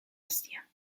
asia